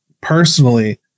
personally